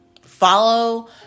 Follow